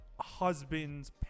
husband's